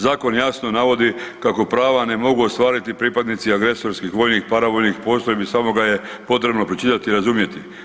Zakon jasno navodi kako prava ne mogu ostvariti pripadnici agresorskih vojnih, paravojnih postrojbi samo ga je potrebno pročitati i razumjeti.